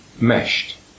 meshed